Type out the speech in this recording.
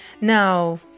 Now